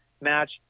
match